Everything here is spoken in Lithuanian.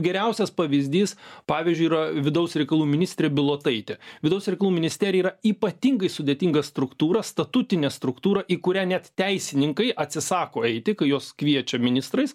geriausias pavyzdys pavyzdžiui yra vidaus reikalų ministrė bilotaitė vidaus reikalų ministerija yra ypatingai sudėtinga struktūra statutinė struktūra į kurią net teisininkai atsisako eiti kai juos kviečia ministrais